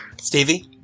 Stevie